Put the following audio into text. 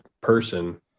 person